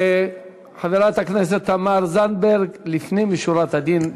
חברת הכנסת תמר זנדברג, לפנים משורת הדין.